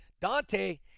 Dante